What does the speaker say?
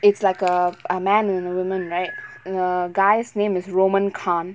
it's like a a man and a woman right the guy's name is roman khan